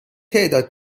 تعداد